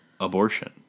abortion